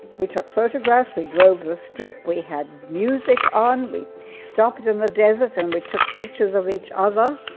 we took photographs. we drove the strip. we had music on. we stopped in the desert and we took pictures of each other.